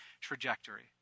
trajectory